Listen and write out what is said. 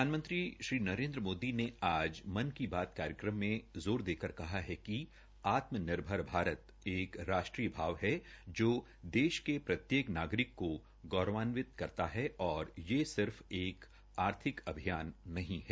प्रधानमंत्री श्री नरेन्द्र मोदी ने आज मन की बात कार्यक्रम में ज़ोर देकर कहा है कि आत्मनिर्भर भारत एक राष्ट्रीय भाव है जो देश के प्रत्येक नागरिक को गौरवान्वित करता है और ये सिर्फ एक आर्थिक अभियान नहीं है